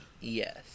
Yes